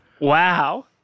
Wow